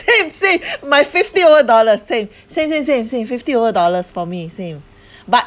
same same my fifty over dollars same same same same same fifty over dollars for me same but